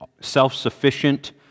self-sufficient